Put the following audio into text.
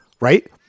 Right